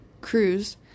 cruise